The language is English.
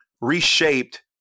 reshaped